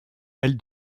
elle